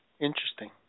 interesting